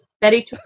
Betty